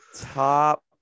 Top